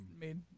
made